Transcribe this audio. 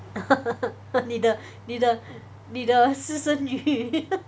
你的你的你的私生女